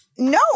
No